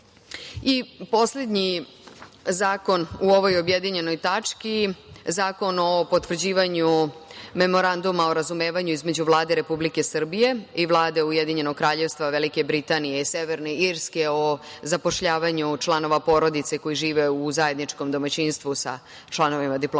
prihvatiti. Poslednji zakon u ovoj objedinjenoj tački, Zakon o potvrđivanju memoranduma o razumevanju između Vlade Republike Srbije i Vlade Ujedinjenog Kraljevstva Velike Britanije i Severne Irske o zapošljavanju članova porodice koji žive u zajedničkom domaćinstvu sa članovima diplomatskih